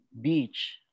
Beach